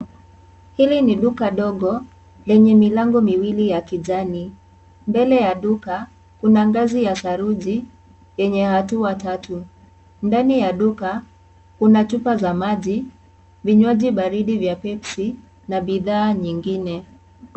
Hili ni duka dogo lenye milango miwili ya kijani, mbele ya duka kuna ngazi ya saruji yenye hatua tatu, ndani ya duka kuna chupa za maji, vinywaji baridi za Pepsi na bidhaa nyingine.